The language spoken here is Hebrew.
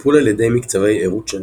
טיפול על ידי מקצבי ערות-שינה,